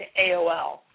AOL